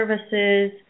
services